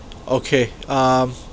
okay um